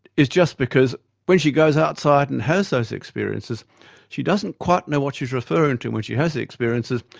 is just because when she goes outside and has those experiences she doesn't quite know what she's referring to when she has the experiences,